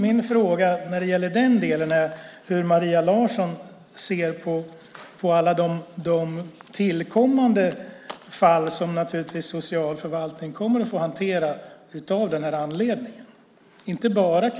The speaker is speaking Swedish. Min fråga när det gäller den delen är hur Maria Larsson ser på alla de tillkommande fall som socialförvaltningarna kommer att få hantera av den anledningen, alltså inte för att